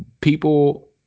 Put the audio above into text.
people